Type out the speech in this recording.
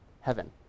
heaven